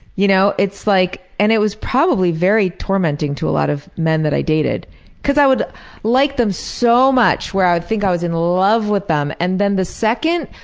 you know? like and it was probably very tormenting to a lot of men that i dated because i would like them so much where i would think i was in love with them and then the second.